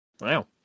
wow